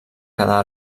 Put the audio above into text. quedar